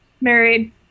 married